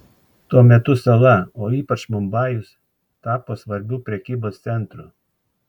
tuo metu sala o ypač mumbajus tapo svarbiu prekybos centru